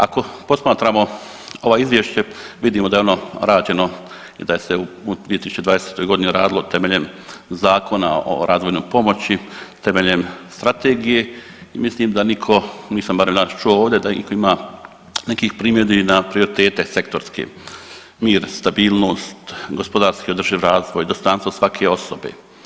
Ako posmatramo ovo izvješće vidimo da je ono rađeno i da se u 2020. godini radilo temeljem Zakona o razvojnoj pomoći, temeljem strategije i mislim da nitko, nisam barem čuo ovdje da itko ima nekih primjedbi na prioritete sektorske, mir, stabilnost, gospodarski održiv razvoj, dostojanstvo svake osobe.